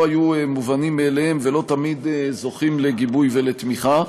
לא היו מובנים מאליהם ולא תמיד זוכים לגיבוי ולתמיכה.